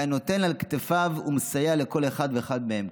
והיה נותן על כתפיו ומסייע לכל אחד ואחד מהן".